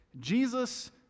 Jesus